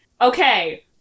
okay